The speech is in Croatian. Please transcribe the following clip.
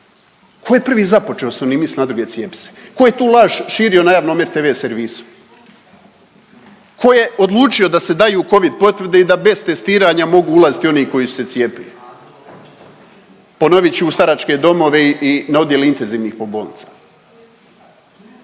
Tko je prvi započeo s onim misli na druge cijepi? Tko je tu laž širio na javnom rtv servisu, tko je odlučio da se daju Covid potvrde i da bez testiranja mogu ulaziti oni koji su se cijepili. Ponovit ću u staračke domove i na odjele intenzivnih po bolnicama.